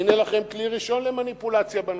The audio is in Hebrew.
הנה לכם כלי ראשון למניפולציה בנוסחה.